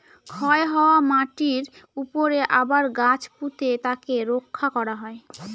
ক্ষয় হওয়া মাটিরর উপরে আবার গাছ পুঁতে তাকে রক্ষা করা হয়